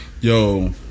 Yo